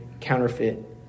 counterfeit